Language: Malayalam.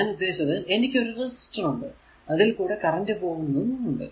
ഞാൻ ഉദ്ദേശിച്ചത് എനിക്ക് ഒരു റെസിസ്റ്റർ ഉണ്ട് അതിൽ കൂടെ കറന്റ് പോകുന്നതും ഉണ്ട്